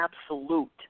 absolute